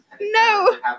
No